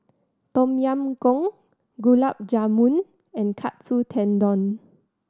Tom Yam Goong Gulab Jamun and Katsu Tendon